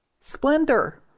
Splendor